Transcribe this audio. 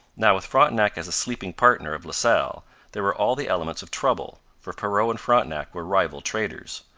now, with frontenac as a sleeping partner of la salle there were all the elements of trouble, for perrot and frontenac were rival traders.